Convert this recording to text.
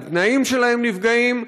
התנאים שלהם נפגעים,